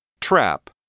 Trap